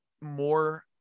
more